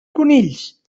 conills